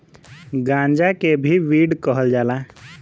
गांजा के भी वीड कहल जाला